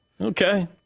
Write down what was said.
Okay